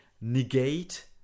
negate